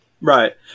right